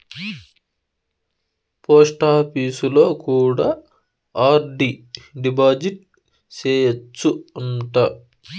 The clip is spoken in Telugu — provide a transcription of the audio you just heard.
పోస్టాపీసులో కూడా ఆర్.డి డిపాజిట్ సేయచ్చు అంట